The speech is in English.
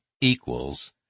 equals